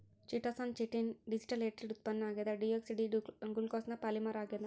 chitosan chitin ನ deacetylated ಉತ್ಪನ್ನ ಆಗ್ಯದ ಡಿಯೋಕ್ಸಿ ಡಿ ಗ್ಲೂಕೋಸ್ನ ಪಾಲಿಮರ್ ಆಗ್ಯಾದ